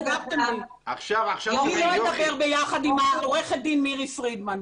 אני לא אדבר ביחד עם עורכת הדין מירי פרידמן.